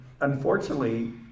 unfortunately